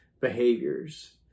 behaviors